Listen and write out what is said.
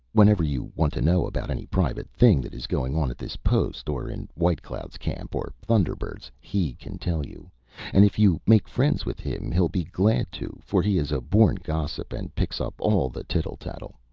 whenever you want to know about any private thing that is going on at this post or in white cloud's camp or thunder-bird's, he can tell you and if you make friends with him he'll be glad to, for he is a born gossip, and picks up all the tittle-tattle.